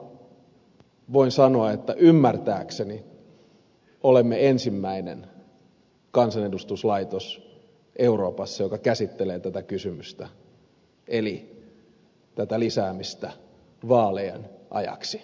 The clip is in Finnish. samalla voin sanoa että ymmärtääkseni olemme ensimmäinen kansanedustuslaitos euroopassa joka käsittelee tätä kysymystä eli tätä lisäämistä vaalien ajaksi